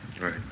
Right